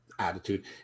Attitude